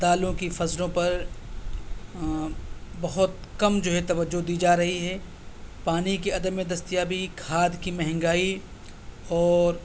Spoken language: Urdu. دالوں کی فصلوں پر بہت کم جو ہے توجہ دی جا رہی ہے پانی عدمِ دستیابی کھاد کی مہنگائی اور